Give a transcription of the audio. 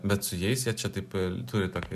bet su jais jie čia taip turi tokį